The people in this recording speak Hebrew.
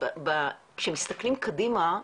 כשמסתכלים קדימה,